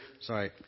sorry